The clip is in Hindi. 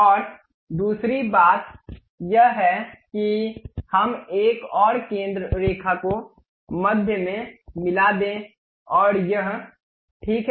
और दूसरी बात यह है कि हम एक और केंद्र रेखा को मध्य में मिला दें और यह ठीक है